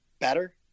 better